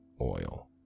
oil